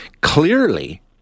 Clearly